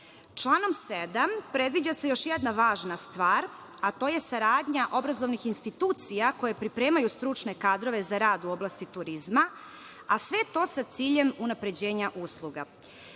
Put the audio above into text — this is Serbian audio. Članom 7, predviđa se još jedna važna stvar, a to je saradnja obrazovnih institucija koje pripremaju kadrove za rad u oblasti turizma, a sve to sa ciljem unapređenja usluga.